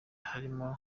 harimo